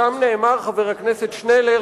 חבר הכנסת שנלר,